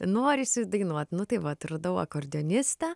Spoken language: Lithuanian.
norisi dainuot nu tai vat radau akordeonistą